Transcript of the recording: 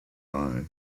eye